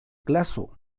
glaso